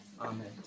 Amen